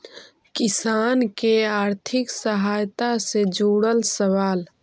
किसान के आर्थिक सहायता से जुड़ल सवाल?